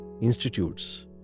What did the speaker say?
institutes